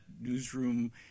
newsroom